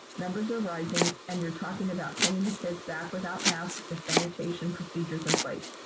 numbers are rising and you're talking about sending the kids back without masks or sanitation procedures in place.